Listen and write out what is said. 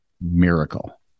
miracle